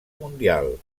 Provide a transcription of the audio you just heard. mundial